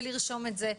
ולרשום את זה.